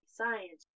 science